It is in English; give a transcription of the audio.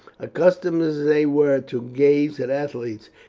accustomed as they were to gaze at athletes,